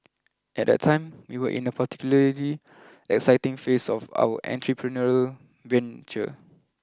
at that time we were in a particularly exciting phase of our entrepreneurial venture